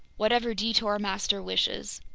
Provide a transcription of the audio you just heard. whatever detour master wishes.